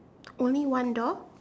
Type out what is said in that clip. only one door